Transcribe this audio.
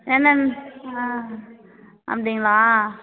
என்னங் ஆ அப்படிங்களா